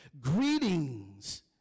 greetings